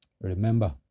Remember